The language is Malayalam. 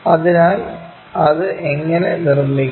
അതിനാൽ അത് എങ്ങനെ നിർമ്മിക്കാം